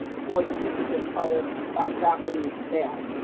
towards students of color by faculty and staff.